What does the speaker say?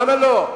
למה לא?